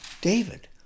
David